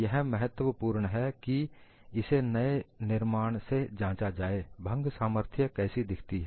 यह महत्वपूर्ण है कि इसे नए निर्माण से जांचा जाए भंग सामर्थ्य कैसी दिखती है